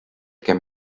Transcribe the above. can